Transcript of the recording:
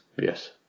Yes